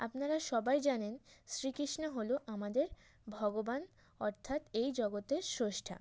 আপনারা সবাই জানেন শ্রীকৃষ্ণ হল আমাদের ভগবান অর্থাৎ এই জগতে স্রষ্টা